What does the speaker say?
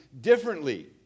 differently